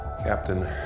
Captain